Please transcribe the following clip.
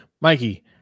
Mikey